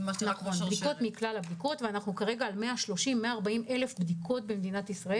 אנחנו עומדים על 140,000-130,000 בדיקות במדינת ישראל.